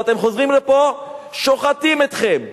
אם אתם חוזרים לפה, שוחטים אתכם.